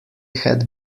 had